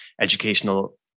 Educational